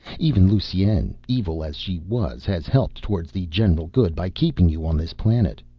even lusine, evil as she was, has helped towards the general good by keeping you on this planet.